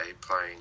playing